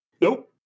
Nope